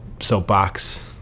soapbox